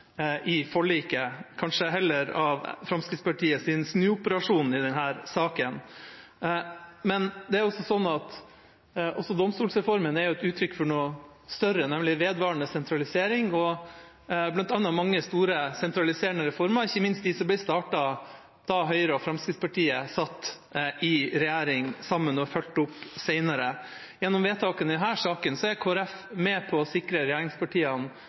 i forliket – kanskje heller over Fremskrittspartiets snuoperasjon i denne saken. Det er sånn at domstolsreformen også er et uttrykk for noe større, nemlig vedvarende sentralisering, bl.a. mange store sentraliserende reformer, ikke minst de som ble startet da Høyre og Fremskrittspartiet satt i regjering sammen og fulgte opp senere. Gjennom vedtaket i denne saken er Kristelig Folkeparti med på å sikre regjeringspartiene